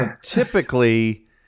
typically